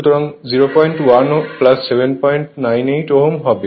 সুতরাং 01 798 Ω হবে